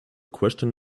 question